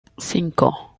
cinco